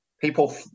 People